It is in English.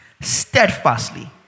steadfastly